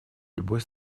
любой